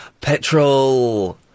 Petrol